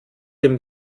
dem